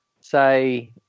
say